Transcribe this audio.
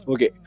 Okay